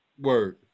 Word